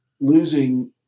losing